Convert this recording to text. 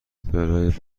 برای